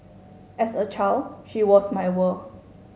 as a child she was my world